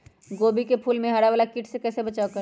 गोभी के फूल मे हरा वाला कीट से कैसे बचाब करें?